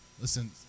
Listen